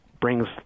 brings